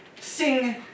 sing